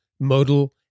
modal